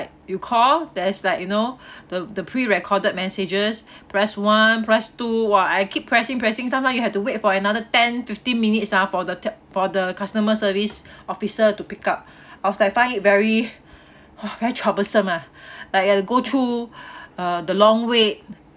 you call there is like you know the the pre recorded messages press one press two !wah! I keep pressing pressing sometimes you had to wait for another ten fifteen minutes ah for the for the customer service officer to pick up I was like find it very !wah! very troublesome ah like you have to go through uh the long wait